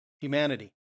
humanity